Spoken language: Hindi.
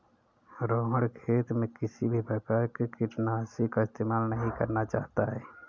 रोहण खेत में किसी भी प्रकार के कीटनाशी का इस्तेमाल नहीं करना चाहता है